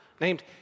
named